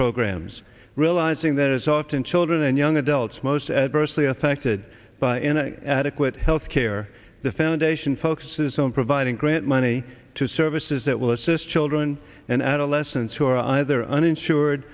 programs realizing that it's often children and young adults most adversely affected by adequate health care the foundation focuses on providing grant money to services that will assist children and adolescents who are either uninsured